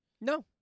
No